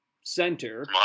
center